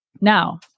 Now